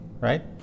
right